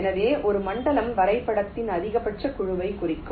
எனவே ஒரு மண்டலம் வரைபடத்தில் அதிகபட்சக் குழுவைக் குறிக்கும்